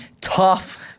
tough